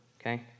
okay